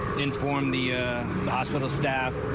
inform the a hospital staffer.